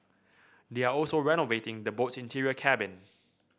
they are also renovating the boat's interior cabin